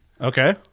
Okay